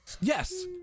Yes